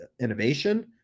innovation